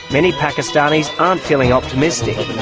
many pakistanis aren't feeling optimistic.